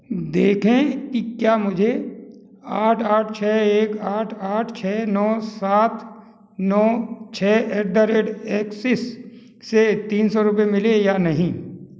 देखें कि क्या मुझे आठ आठ छः एक आठ आठ छः नौ सात नौ छः ऐट द रेट ऐक्सिस से तीन सौ रुपये मिले या नहीं